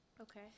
Okay